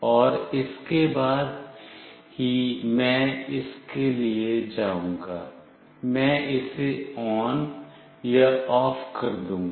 और उसके बाद ही मैं इसके लिए जाऊंगा मैं इसे on या off कर दूंगा